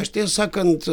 aš tiesą sakant